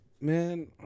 Man